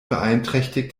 beeinträchtigt